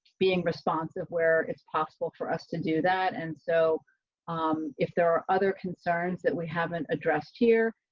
being responsive, where it's possible for us to do that. and so um if there are other concerns that we haven't addressed here,